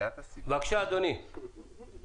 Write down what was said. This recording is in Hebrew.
בוקר